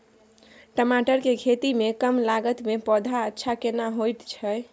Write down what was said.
टमाटर के खेती में कम लागत में पौधा अच्छा केना होयत छै?